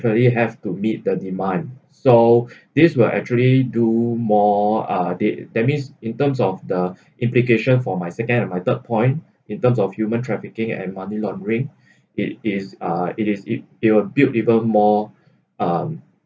you have to meet the demand so this will actually do more uh that that means in terms of the implication for my second and my third point in terms of human trafficking and money laundering it is uh it is if it would build even more um